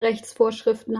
rechtsvorschriften